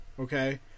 Okay